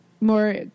more